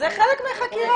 זה חלק מחקירה.